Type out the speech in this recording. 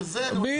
בדיוק.